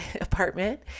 apartment